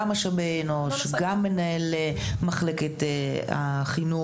גם משאבי אנוש וגם מנהל מחלקת החינוך.